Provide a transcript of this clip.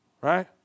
Right